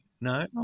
No